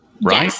right